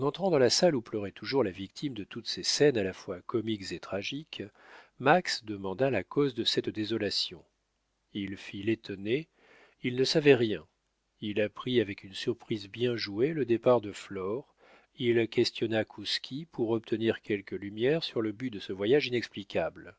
entrant dans la salle où pleurait toujours la victime de toutes ces scènes à la fois comiques et tragiques max demanda la cause de cette désolation il fit l'étonné il ne savait rien il apprit avec une surprise bien jouée le départ de flore il questionna kouski pour obtenir quelques lumières sur le but de ce voyage inexplicable